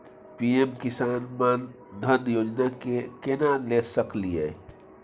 PM Kisan Maandhan योजना के केना ले सकलिए?